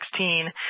2016